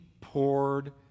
poured